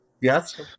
Yes